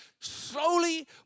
slowly